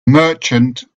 merchant